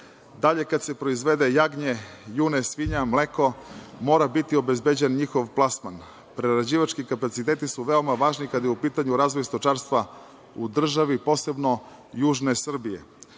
kada se proizvede jagnje, june, svinja, mleko, mora biti obezbeđen njihov plasman. Prerađivački kapaciteti su veoma važni kada je u pitanju razvoj stočarstva u državi, posebno južne Srbije.